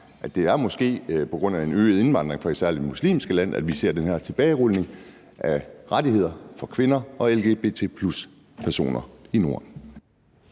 at det måske er på grund af en øget indvandring fra særlig muslimske lande, at vi ser den her tilbagerulning af rettigheder for kvinder og lgbt+personer i Norden?